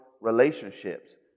relationships